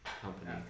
company